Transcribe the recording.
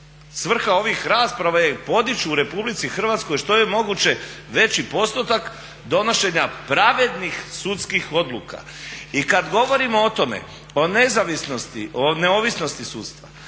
svrha ovih rasprava je podići u Republici Hrvatskoj što je moguće veći postotak donošenja pravednih sudskih odluka. I kada govorimo o tome, o nezavisnosti, o neovisnosti sudstva